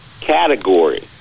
category